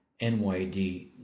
NYD